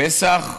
פסח,